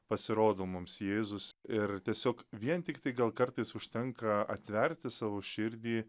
pasirodo mums jėzus ir tiesiog vien tiktai gal kartais užtenka atverti savo širdį